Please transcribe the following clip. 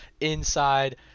inside